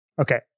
Okay